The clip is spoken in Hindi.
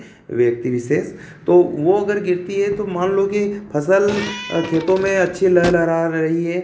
व्यक्ति विशेष तो वह अगर गिरती है तो मान लो कि फ़सल खतों में अच्छी लेह लहरा रही है